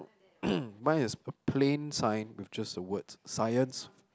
mine is a plain sign with just the word Science